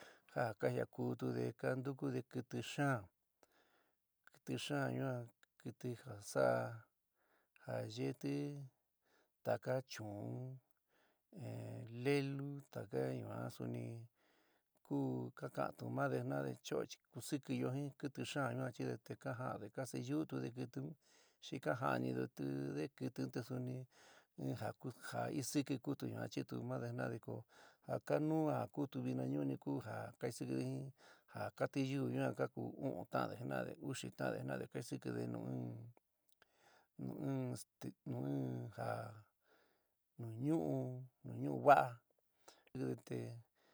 Ja kajiakútude ka ntúkude kɨtɨ xaán, kɨtɨ xaán ñua, kɨtɨ ja saá ja yeéti taka chu'un. ehh lelu taka yuan suni ku ka ka'antu made jina'ade choó chi kusikiyó jin kɨtɨ xaán yuan achide te kaja'ande ka siyu'útude kɨtɨun, xi ka ja'anideti kɨtɨ un te suni in ja ku jaisiki achitu made jina'ade ko ja kanu a kutu vinañuni ku ja kaisikide jin ja ka tiyuú yuan ku u'un tande jina'ade uxi ta'ande jina'ade kaisikide nu in, nu in esté, nu in ja nu ñuu nu ñuu va'a te.